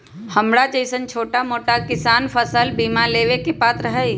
हमरा जैईसन छोटा मोटा किसान फसल बीमा लेबे के पात्र हई?